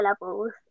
levels